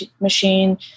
machine